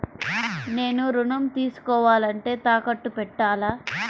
నేను ఋణం తీసుకోవాలంటే తాకట్టు పెట్టాలా?